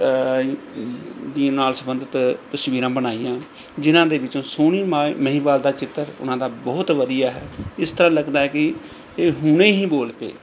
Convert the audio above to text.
ਦੀ ਨਾਲ ਸੰਬੰਧਿਤ ਤਸਵੀਰਾਂ ਬਣਾਈਆਂ ਜਿਨ੍ਹਾਂ ਦੇ ਵਿੱਚੋਂ ਸੋਹਣੀ ਮਾ ਮਹੀਵਾਲ ਦਾ ਚਿੱਤਰ ਉਹਨਾਂ ਦਾ ਬਹੁਤ ਵਧੀਆ ਹੈ ਇਸ ਤਰ੍ਹਾਂ ਲੱਗਦਾ ਹੈ ਕਿ ਇਹ ਹੁਣੇ ਹੀ ਬੋਲ ਪਏ